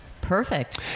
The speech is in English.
Perfect